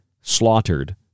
slaughtered